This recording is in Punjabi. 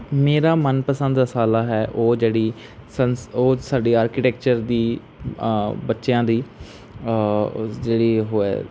ਮੇਰਾ ਮਨ ਪਸੰਦ ਰਸਾਲਾ ਹੈ ਉਹ ਜਿਹੜੀ ਸੰਸਥਾ ਉਹ ਸਾਡੀ ਆਰਕੀਟੈਕਚਰ ਦੀ ਬੱਚਿਆਂ ਦੀ ਜਿਹੜੀ ਉਹ ਹੈ